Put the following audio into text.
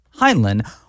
Heinlein